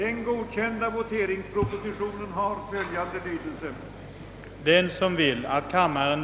Herr talman!